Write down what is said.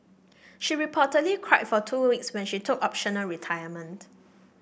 she reportedly cried for two weeks when she took optional retirement